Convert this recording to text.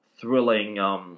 thrilling